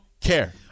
care